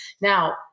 Now